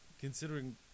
considering